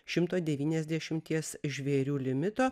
šimto devyniasdešimties žvėrių limito